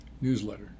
newsletter